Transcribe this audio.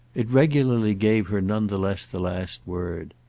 it regularly gave her none the less the last word.